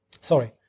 sorry